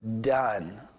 Done